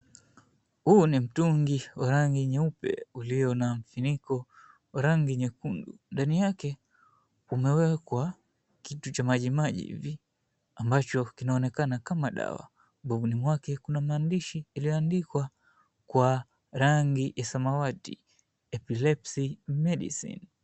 Huu ni mtungi wa rangi nyeupe ulio na mfiniko wa rangi nyekundu. Ndani yake kumewekwa kitu cha maji maji hivi ambacho kinaonekana kama dawa ubavuni mwake kuna maandishi yaliyoandikwa kwa rangi ya samawati, Epilepsy medicine.